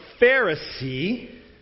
Pharisee